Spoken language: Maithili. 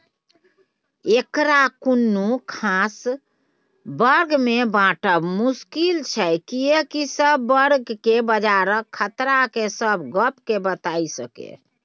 एकरा कुनु खास वर्ग में बाँटब मुश्किल छै कियेकी सब वर्ग बजारक खतरा के सब गप के बताई सकेए